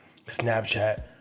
Snapchat